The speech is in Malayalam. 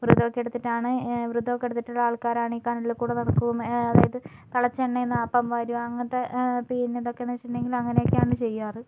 വൃതം ഒക്കെ എടുത്തിട്ടാണ് വൃതം ഒക്കെ എടുത്തിട്ടുള്ള ആൾക്കാരാണ് ഈ കനലിൽ കൂടെ നടക്കുകയും അതായത് തിളച്ച എണ്ണയിന്ന് അപ്പം വാരുക അങ്ങനത്തെ പിന്നെ ഇതൊക്കെയെന്ന് വെച്ചിട്ടുണ്ടെങ്കിൽ അങ്ങനെയൊക്കെയാണ് ചെയ്യാറ്